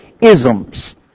isms